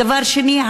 דבר שני,